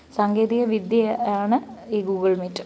സാങ്കേതികവിദ്യയാണ് ഈ Google meet